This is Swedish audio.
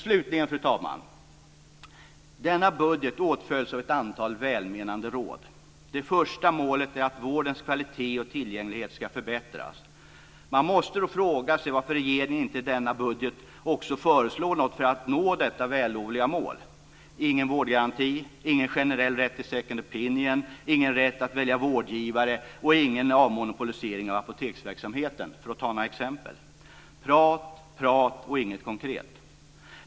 Slutligen, fru talman, åtföljs denna budget av ett antal välmenande mål. Det första målet är att "vårdens kvalitet och tillgänglighet ska förbättras". Man måste då fråga sig varför regeringen inte i denna budget föreslår något för att nå detta vällovliga mål. Det finns ingen vårdgaranti, ingen generell rätt till second opinion, ingen rätt att välja vårdgivare och ingen avmonopolisering av apoteksverksamheten, för att ta några exempel. Det är prat, prat och inget konkret.